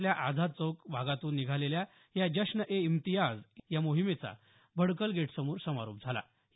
शहरातल्या आझाद चौक भागातून निघालेला या जश्न ए इम्तियाजचा भडकेल गेटसमोर समारोप झाला